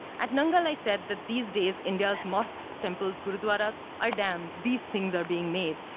at nangal i said that these days india's mosques, temples, gurudwaras are dams. these things are being made.